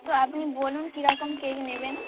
তো আপনি বলুন কীরকম কেক নেবেন